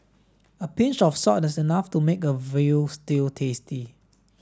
a pinch of salt is enough to make a veal stew tasty